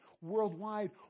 worldwide